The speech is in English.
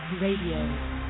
Radio